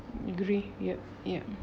agree ya ya